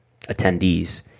attendees